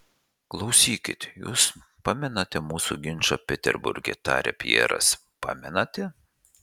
klausykit jus pamenate mūsų ginčą peterburge tarė pjeras pamenate